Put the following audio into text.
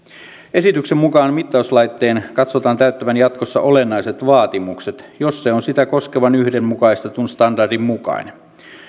esityksen mukaan mittauslaitteen katsotaan täyttävän jatkossa olennaiset vaatimukset jos se on sitä koskevan yhdenmukaistetun standardin mukainen